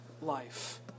life